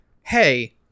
hey